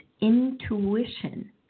intuition